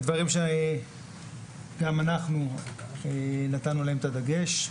הם דברים שגם אנחנו נתנו עליהם את הדגש.